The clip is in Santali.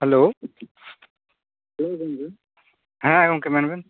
ᱦᱮᱞᱳ ᱦᱮᱸ ᱜᱚᱢᱠᱮ ᱢᱮᱱᱵᱤᱱ